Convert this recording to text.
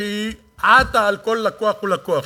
שהיא עטה על כל לקוח ולקוח.